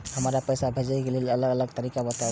हमरा पैसा भेजै के लेल अलग अलग तरीका बताबु?